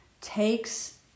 takes